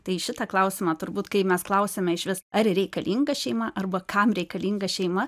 tai šitą klausimą turbūt kai mes klausiame išvis ar reikalinga šeima arba kam reikalinga šeima